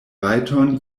rajton